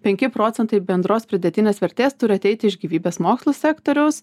penki procentai bendros pridėtinės vertės turi ateiti iš gyvybės mokslų sektoriaus